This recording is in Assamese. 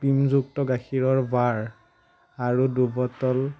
ক্ৰীমযুক্ত গাখীৰৰ বাৰ আৰু দুই বটল